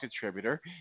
contributor